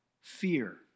fear